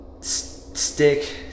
stick